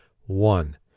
one